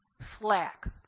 slack